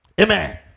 Amen